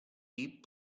deep